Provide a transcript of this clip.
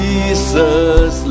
Jesus